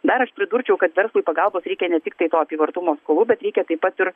dar aš pridurčiau kad verslui pagalbos reikia ne tiktai to apyvartumo skolų bet reikia taip pat ir